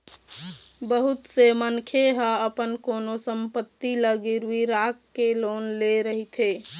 बहुत से मनखे ह अपन कोनो संपत्ति ल गिरवी राखके लोन ले रहिथे